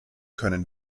können